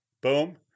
Boom